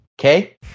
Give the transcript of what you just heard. okay